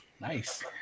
Nice